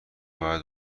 باید